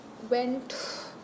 Went